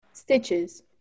Stitches